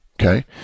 Okay